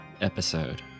episode